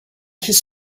his